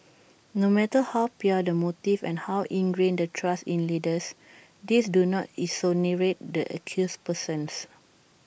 no matter how pure the motives and how ingrained the trust in leaders these do not exonerate the accused persons